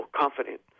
confident